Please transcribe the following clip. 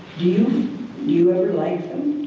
you you ever like them?